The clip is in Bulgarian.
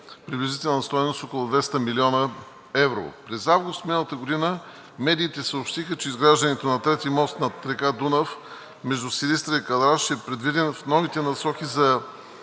приблизителна стойност около 200 млн. евро. През месец август миналата година медиите съобщиха, че изграждането на трети мост над река Дунав между Силистра и Кълъраш е предвиден в новите насоки за